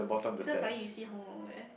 later suddenly you see Hong Rong there